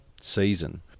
season